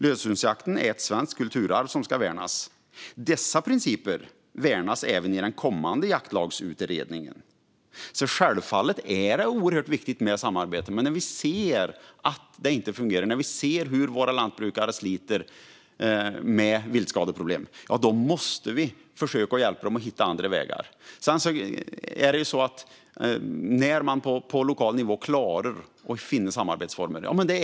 Löshundsjakten är ett svenskt kulturarv som ska värnas. Dessa principer ska värnas även i den kommande jaktlagsutredningen." Självfallet är det oerhört viktigt med samarbete. Men när vi ser att det inte fungerar och hur våra lantbrukare sliter med viltskadeproblem måste vi försöka hjälpa dem att hitta andra vägar. Det absolut bästa är när man klarar att finna samarbetsformer på lokal nivå.